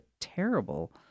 terrible